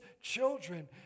children